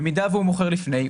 במידה והוא מוכר לפני,